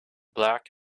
black